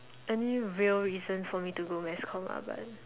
any real reason for me to go mass comm lah but